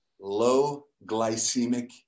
low-glycemic